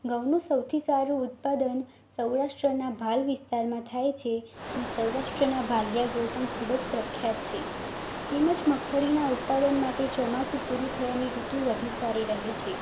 ઘઉનું સૌથી સારું ઉત્પાદન સૌરાષ્ટ્રના ભાલ વિસ્તારમાં થાય છે અને સૌરાષ્ટ્રના ભાલિયા ઘઉં પણ ખૂબ જ પ્રખ્યાત છે તેમજ મગફળીનાં ઉત્પાદન માટે ચોમાસું પૂરું થયાની ઋતુ વધુ સારી રહે છે